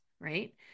right